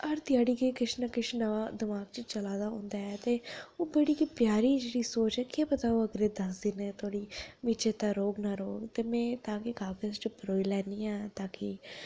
तां किश ना किश दमाग च चला दा गै होंदा ऐ ते ओह् बड़ी गै प्यारी सोच ऐ केह् पताओह् अगले दस दिनें तोड़ी चेता रौह्ग ते में तां गै कागज च परोई लैन्नी तांकि में